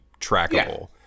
trackable